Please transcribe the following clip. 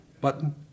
button